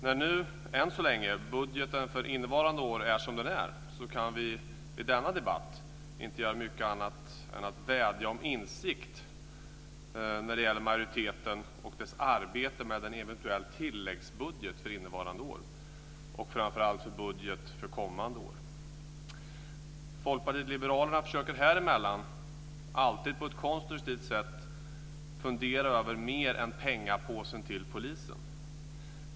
När nu, än så länge, budgeten för innevarande år är som den är kan vi i denna debatt inte göra mycket annat än att vädja om insikt när det gäller majoriteten och dess arbete med en eventuell tilläggsbudget för innevarande år och framför allt en budget för kommande år. Folkpartiet liberalerna försöker häremellan, alltid på ett konstruktivt sätt, fundera över mer än pengapåsen till polisen.